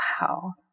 wow